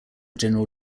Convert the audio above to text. general